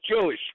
Jewish